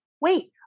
wait